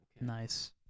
Nice